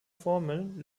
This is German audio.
formeln